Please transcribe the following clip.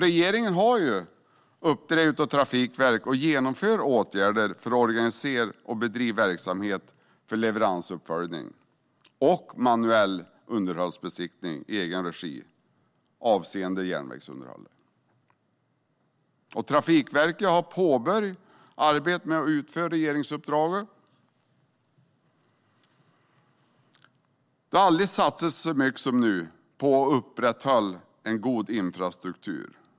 Regeringen har uppdragit åt Trafikverket att vidta åtgärder för att organisera och bedriva verksamhet för leveransuppföljning och manuell underhållsbesiktning i egen regi avseende järnvägsunderhållet. Trafikverket har påbörjat arbetet med att utföra regeringsuppdraget. Det har aldrig satsats så mycket som nu på att upprätthålla en god infrastruktur.